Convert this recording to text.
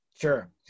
Sure